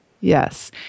Yes